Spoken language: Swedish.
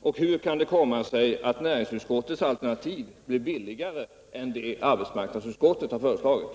Och hur kommer det sig att näringsutskottets alternativ blir billigare än det arbetsmarknadsutskottet föreslagit?